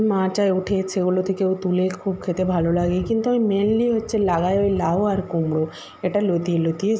মাচায় উঠে সেগুলো থেকেও তুলে খুব খেতে ভালো লাগে কিন্তু আমি মেইনলি হচ্ছে লাগাই ওই লাউ আর কুমড়ো এটা লতিয়ে লতিয়ে